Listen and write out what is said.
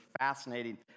fascinating